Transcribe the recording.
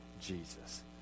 Jesus